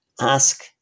ask